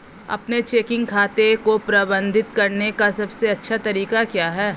अपने चेकिंग खाते को प्रबंधित करने का सबसे अच्छा तरीका क्या है?